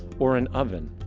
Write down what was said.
or an oven,